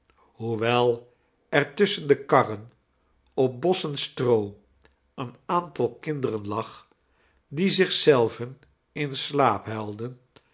hoewel er tussehen de karren op bossen stroo een aantal kinderen lag die zich zelven in slaap huilden